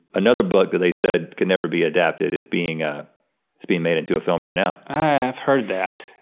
another book that they said can never be adapted is being ah is being made into a film right now. i've heard that.